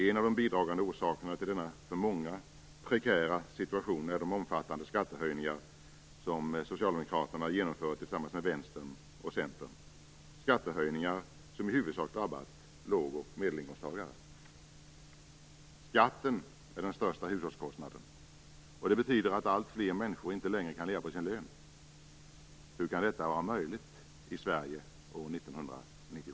En av de bidragande orsakerna till denna för många prekära situation är de omfattande skattehöjningar som Socialdemokraterna genomfört tillsammans med Vänsterpartiet och Centern, skattehöjningar som i huvudsak drabbat låg och medelinkomsttagare. Skatten är den största hushållskostnaden. Det betyder att allt fler människor inte längre kan leva på sin lön. Hur kan detta vara möjligt i Sverige år 1997?